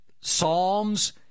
psalms